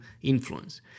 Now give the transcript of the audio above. influence